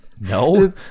No